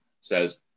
says